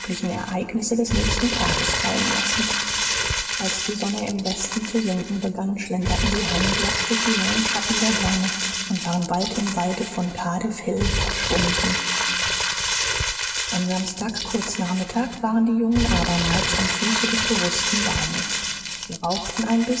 ereignisse des nächsten tages fallen lassend als die sonne im westen zu sinken begann schlenderten sie heimwärts durch die langen schatten der bäume und waren bald im walde von cardiff hill verschwunden am samstag kurz nach mittag waren die jungen abermals am fuße des bewußten baumes sie rauchten